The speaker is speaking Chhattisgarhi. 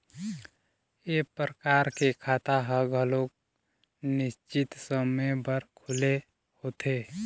ए परकार के खाता ह घलोक निस्चित समे बर खुले होथे